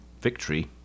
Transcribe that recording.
victory